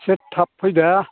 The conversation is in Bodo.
एसे थाब फैदे